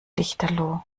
lichterloh